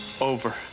over